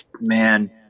man